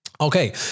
Okay